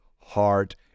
heart